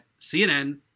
CNN